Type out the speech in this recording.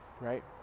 right